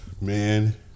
man